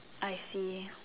I see